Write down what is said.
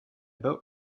boat